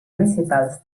municipals